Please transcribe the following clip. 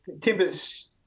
timbers